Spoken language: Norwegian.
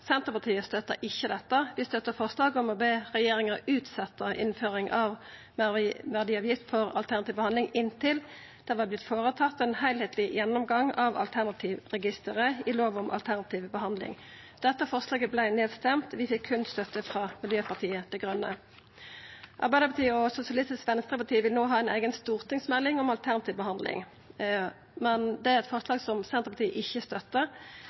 Senterpartiet støtta ikkje dette. Vi støtta forslaget om å be regjeringa utsetja innføring av meirverdiavgift for alternativ behandling inntil ein får tatt ein heilskapleg gjennomgang av alternativregisteret i lov om alternativ behandling. Dette forslaget vart nedstemt, vi fekk berre støtte frå Miljøpartiet Dei Grøne. Arbeidarpartiet og Sosialistisk Venstreparti vil no ha ei eiga stortingsmelding om alternativ behandling, men det er eit forslag som Senterpartiet ikkje støttar.